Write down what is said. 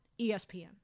ESPN